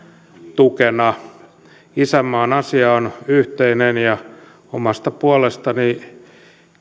tukena isänmaan asia on yhteinen ja omasta puolestani